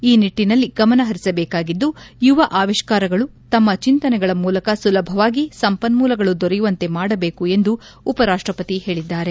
ಈ ನಿಟ್ಲಿನಲ್ಲಿ ಗಮನ ಪರಿಸಬೇಕಾಗಿದ್ಲು ಯುವ ಆವಿಷ್ನಾರಿಗಳು ತಮ್ಮ ಚಿಂತನೆಗಳ ಮೂಲಕ ಸುಲಭವಾಗಿ ಸಂಪನ್ನೂಲಗಳು ದೊರೆಯುವಂತೆ ಮಾಡಬೇಕು ಎಂದು ಉಪರಾಷ್ಷಪತಿ ಹೇಳಿದರು